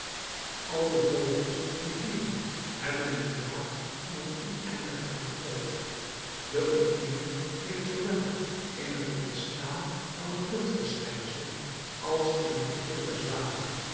al de vogels die vliegen hebben den draad van het oneindige aan den poot de ontkieming ligt zoowel in het ontstaan van een luchtverschijnsel als in het